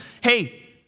hey